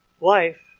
life